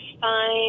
fine